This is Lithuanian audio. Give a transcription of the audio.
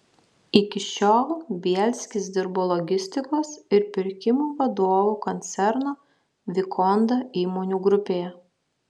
iki šiol bielskis dirbo logistikos ir pirkimų vadovu koncerno vikonda įmonių grupėje